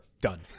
done